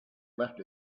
left